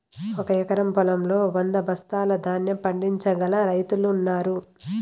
ఒక ఎకరం పొలంలో వంద బస్తాల ధాన్యం పండించగల రైతులు ఉన్నారు